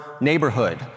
neighborhood